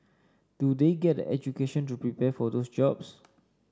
do they get the education to prepare for those jobs